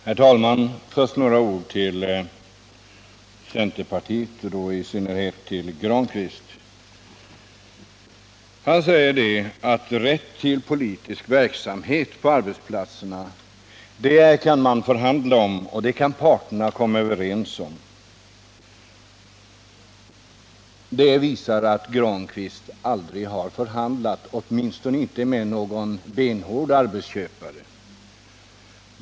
Herr talman! Först några ord till centerpartiet och då i synnerhet Pär Granstedt. Han säger att man kan förhandla om rätt till politisk verksamhet på arbetsplatserna — och det kan parterna komma överens om. Det visar att Pär Granstedt aldrig har förhandlat, åtminstone inte med någon benhård arbetsköpare.